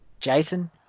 Jason